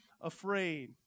afraid